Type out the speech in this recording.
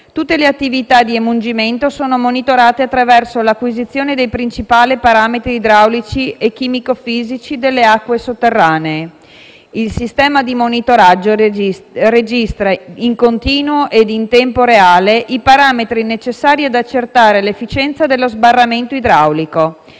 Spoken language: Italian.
Tutte le attività di emungimento sono monitorate attraverso l'acquisizione dei principali parametri idraulici e chimico-fisici delle acque sotterranee. Il sistema di monitoraggio registra in continuo ed in tempo reale i parametri necessari ad accertare l'efficienza dello sbarramento idraulico.